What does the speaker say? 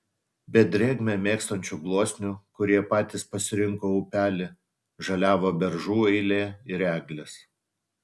be drėgmę mėgstančių gluosnių kurie patys pasirinko upelį žaliavo beržų eilė ir eglės